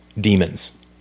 demons